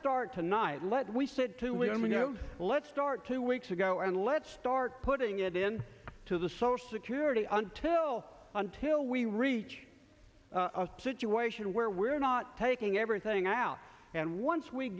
start tonight let we said two we only know let's start two weeks ago and let's start putting it in to the social security until until we reach a situation where we're not taking everything out and once we